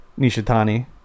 Nishitani